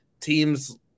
Teams